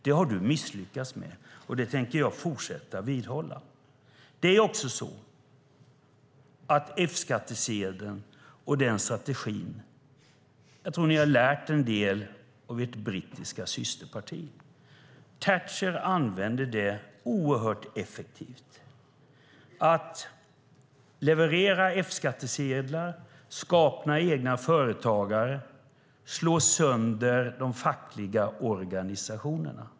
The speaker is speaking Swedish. Det har du misslyckats med, och det tänker jag fortsätta att vidhålla. När det gäller F-skattsedeln tror jag att ni har lärt er en del av ert brittiska systerparti. Thatcher använde det oerhört effektivt. Det handlade om att leverera F-skattsedlar, skapa egna företagare och slå sönder de fackliga organisationerna.